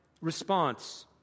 response